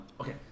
Okay